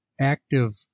active